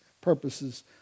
purposes